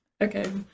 Okay